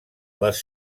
les